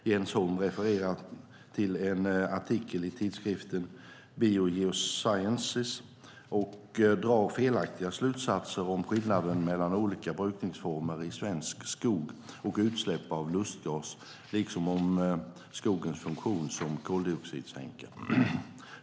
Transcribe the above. Jens Holm refererar till en artikel i tidskriften Biogeosciences och drar felaktiga slutsatser om skillnader mellan olika brukningsformer i svensk skog och utsläpp av lustgas liksom om skogens funktion som koldioxidsänka.